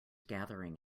gathering